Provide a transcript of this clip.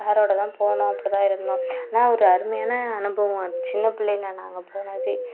சாரோடு தான் போனோம் அப்படிதான் இருந்தோம் ஆனால் ஒரு அருமையான அனுபவம் அது சின்ன பிள்ளையில நாங்கள் போனது